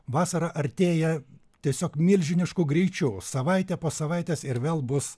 vasara artėja tiesiog milžinišku greičiu savaitė po savaitės ir vėl bus